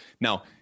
Now